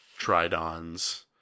tridons